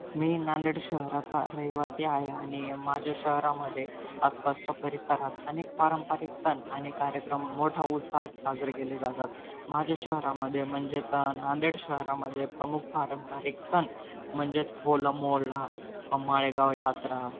मी नांदेड शहराचा रहिवासी आहे आणि माझ्या शहरामध्ये आसपासच्या परिसरात अनेक पारंपरिक सण आणि कार्यक्रम मोठा उत्साहात साजरे केले जातात माझ्या शहरामध्ये म्हणजेच नांदेड शहरामध्ये प्रमुख पारंपरिक सण म्हणजेच होलामोला माळेगाव यात्रा